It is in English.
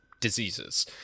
diseases